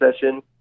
session